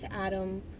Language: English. Adam